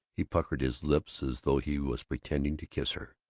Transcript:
he puckered his lips as though he was pretending to kiss her.